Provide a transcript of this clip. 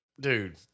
dude